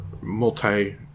multi